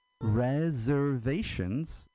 reservations